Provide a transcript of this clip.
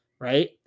right